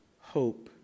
hope